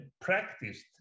practiced